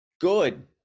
Good